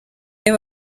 reba